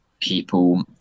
people